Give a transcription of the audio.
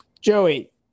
Joey